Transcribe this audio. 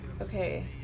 okay